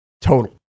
total